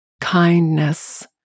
Kindness